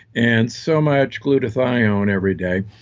and so much glutathione every day.